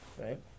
right